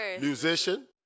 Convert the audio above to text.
Musician